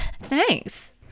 Thanks